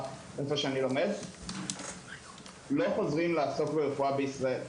שבה אני לומד לא חוזרים לעסוק ברפואה בישראל.